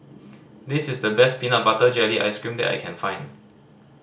this is the best peanut butter jelly ice cream that I can find